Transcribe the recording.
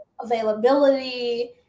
availability